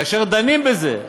כאשר דנים בזה,